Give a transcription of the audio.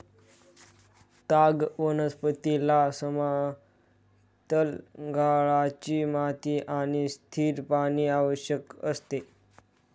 ताग वनस्पतीला समतल गाळाची माती आणि स्थिर पाणी आवश्यक असते